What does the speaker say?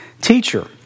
teacher